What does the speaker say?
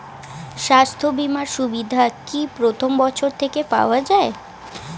স্বাস্থ্য বীমার সুবিধা কি প্রথম বছর থেকে পাওয়া যায়?